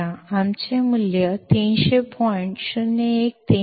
आमचे मूल्य 300